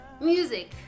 Music